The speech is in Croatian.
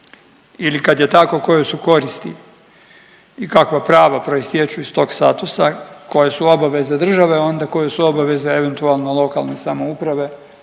Ili kad je tako koje su koristi i kakva prava proistječu iz tog statusa, koje su obaveze države onda koje su obaveze eventualno lokalne samouprave